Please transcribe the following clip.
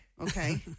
Okay